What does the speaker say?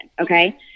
okay